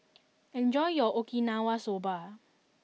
enjoy your Okinawa Soba